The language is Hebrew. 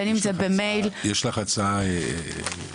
בין אם זה במייל --- יש לך הצעה מסוימת?